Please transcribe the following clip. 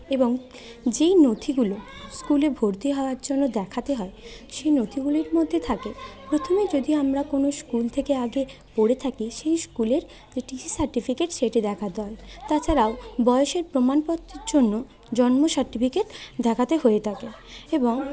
এবং যেই নথিগুলো স্কুলে ভর্তি হবার জন্য দেখাতে হয় সেই নথিগুলির মধ্যে থাকে প্রথমেই যদি আমরা কোনও স্কুল থেকে আগে পড়ে থাকি সেই স্কুলের যে টি সি সার্টিফিকেট সেটি দেখাতে হয় তাছাড়াও বয়সের প্রমাণপত্রের জন্য জন্ম সার্টিফিকেট দেখাতে হয়ে থাকে এবং